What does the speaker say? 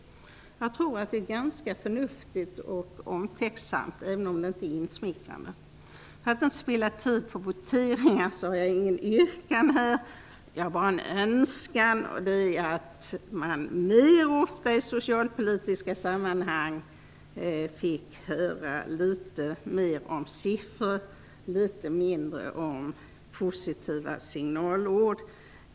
Jag tror att det är ganska förnuftigt och omtänksamt, även om det inte är insmickrande. För att inte spilla tid på voteringar har jag inget yrkande. Jag har bara en önskan, och det är att man mer ofta i socialpolitiska sammanhang fick höra litet mer om siffror, litet mindre om positiva signaler.